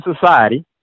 society